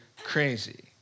crazy